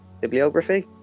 Bibliography